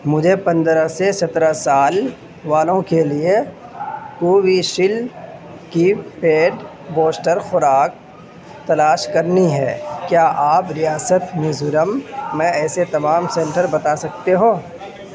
مجھے پندرہ سے سترہ سال والوں کے لیے کووشیلڈ کی پیڈ بوسٹر خوراک تلاش کرنی ہے کیا آپ ریاست میزورم میں ایسے تمام سینٹر بتا سکتے ہو